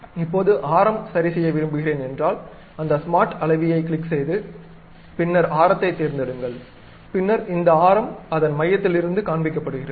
இப்போது ஆரம் சரிசெய்ய விரும்புகிறேன் என்றால் அந்த ஸ்மார்ட் அளவியை கிளிக் செய்து பின்னர் ஆரத்தைத் தேர்ந்தெடுங்கள் பின்னர் இந்த ஆரம் அதன் மையத்திலிருந்து காண்பிக்கப்படுகிறது